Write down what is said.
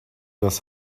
das